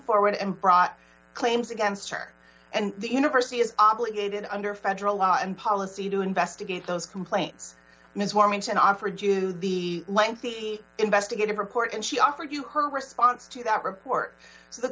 forward and brought claims against her and the university is obligated under federal law and policy to investigate those complaints and its warmington offered to the lengthy investigative report and she offered you her response to that report